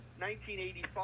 1985